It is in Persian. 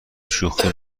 شوخی